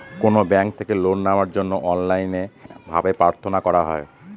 কোনো ব্যাঙ্ক থেকে লোন নেওয়ার জন্য অনলাইনে ভাবে প্রার্থনা করা হয়